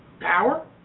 power